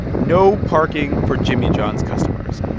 no parking for jimmy john's customers.